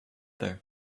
there